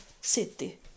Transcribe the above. city